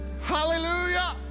Hallelujah